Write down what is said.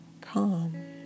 calm